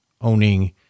owning